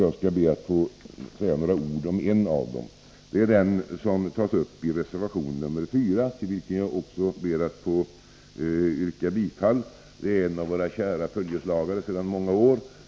Jag skall be att få kommentera en av dem, den som tas upp i reservation 4, till vilken jag ber att få yrka bifall. Det handlar om en fråga som är en av våra kära följeslagare sedan många år.